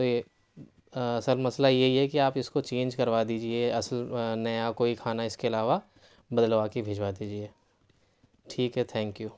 تو یہ سر مسئلہ یہی ہے کہ آپ اِس کو چینج کروا دیجیے اصل نیا کوئی کھانا اِس کے علاوہ بدلوا کے بھجوا دیجیے ٹھیک ہے تھینک یو